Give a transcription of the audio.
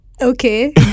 Okay